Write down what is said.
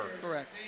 Correct